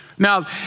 Now